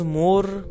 more